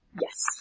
Yes